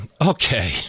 Okay